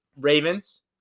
Ravens